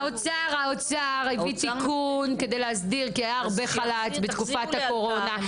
האוצר הביא תיקון כדי להסדיר וכי היה הרבה חל"ת בתקופת הקורונה.